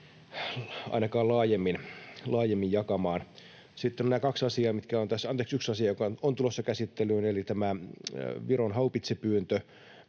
ainakaan laajemmin jakamaan. Sitten tämä yksi asia, joka on tulossa käsittelyyn, eli tämä Viron haupitsipyyntö.